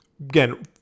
again